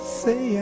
say